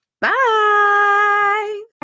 Bye